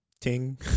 Ting